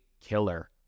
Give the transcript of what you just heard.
killer